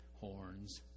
horns